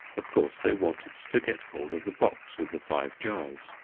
of course they wanted to get hold of the box with the five jars.